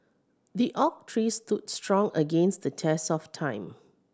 the oak tree stood strong against the test of time